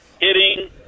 hitting